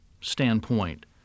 standpoint